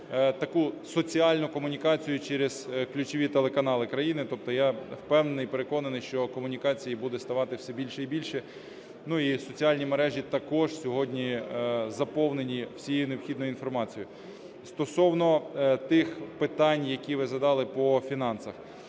таку соціальну комунікацію через ключові телеканали країни. Тобто я впевнений і переконаний, що комунікацій буде ставати все більше і більше. Ну і соціальні мережі також сьогодні заповнені всією необхідною інформацією. Стосовно тих питань, які ви задали по фінансах.